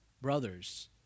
brothers